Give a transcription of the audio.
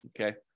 Okay